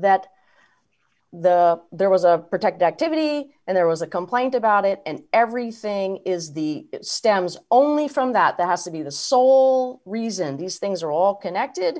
the that there was a protect activity and there was a complaint about it and everything is the stems only from that that has to be the sole reason these things are all connected